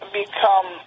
become